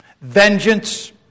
vengeance